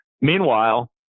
Meanwhile